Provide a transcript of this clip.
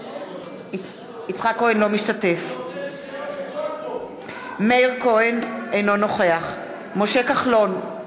לא משתתף מאיר כהן, אינו נוכח משה כחלון,